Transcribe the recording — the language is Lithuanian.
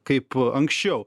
kaip anksčiau